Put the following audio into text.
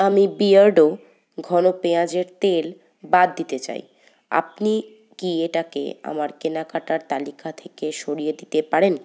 আমি বিয়ার্ডো ঘন পেঁয়াজের তেল বাদ দিতে চাই আপনি কি এটাকে আমার কেনাকাটার তালিকা থেকে সরিয়ে দিতে পারেন